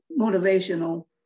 motivational